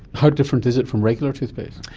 how different is it from regular toothpaste?